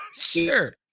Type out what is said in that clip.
Sure